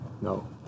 No